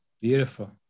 beautiful